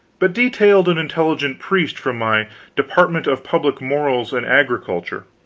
but detailed an intelligent priest from my department of public morals and agriculture,